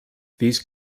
these